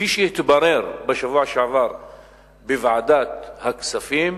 כפי שהתברר בשבוע שעבר בוועדת הכספים,